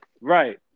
right